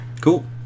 Cool